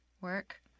work